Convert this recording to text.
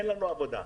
אין לנו עבודה.